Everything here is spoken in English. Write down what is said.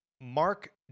Mark